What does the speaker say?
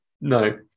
no